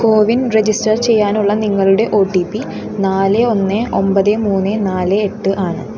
CoWIN register ചെയ്യാനുള്ള നിങ്ങളുടെ O T P നാല് ഒന്ന് ഒമ്പത് മൂന്ന് നാല് എട്ട് ആണ്